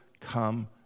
come